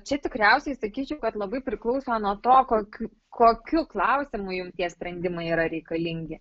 čia tikriausiai sakyčiau kad labai priklauso nuo to kokiu kokiu klausimu jum tie sprendimai yra reikalingi